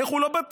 איך הוא לא בתא.